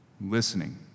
listening